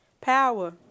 Power